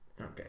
Okay